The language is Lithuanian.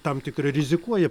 tam tikra rizikuoja